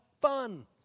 fun